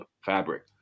fabric